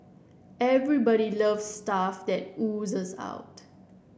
everybody loves stuff that oozes out